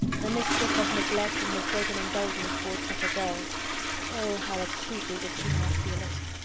the mischief of neglect and mistaken indulgence towards such a girl oh! how acutely did she now feel it!